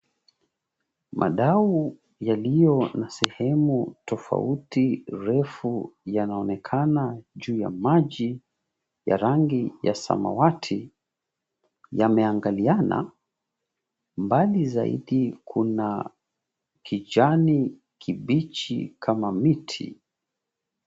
Madau yaliyo na sehemu tofauti refu yanaonekana juu ya maji ya rangi ya samawati, yameangaliana. Mbali zaidi kuna kijani kibichi kama miti.